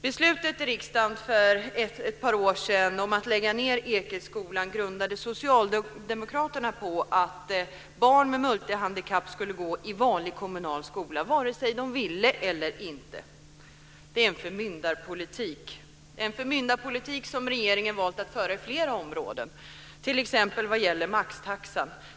Beslutet i riksdagen för ett par år sedan om att lägga ned Ekeskolan grundade Socialdemokraterna på att barn med multihandikapp skulle gå i vanlig kommunal skola antingen de ville eller inte. Det är en förmyndarpolitik. Denna förmyndarpolitik har regeringen valt att föra på flera områden, t.ex. vad gäller maxtaxan.